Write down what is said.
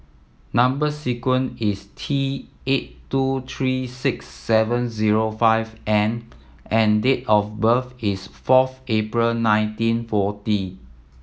number sequence is T eight two tree six seven zero five M and date of birth is fourth April nineteen forty